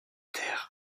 terres